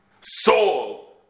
soul